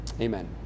Amen